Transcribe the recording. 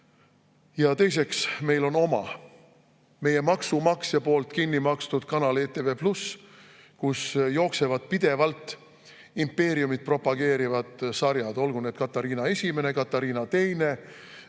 Teiseks, meil on oma, meie maksumaksja rahaga kinni makstud kanal ETV+, kus jooksevad pidevalt impeeriumit propageerivad sarjad, olgu "Katariina I", "Katariina II"